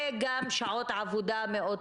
וגם שעות העבודה מאוד קשות.